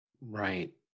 right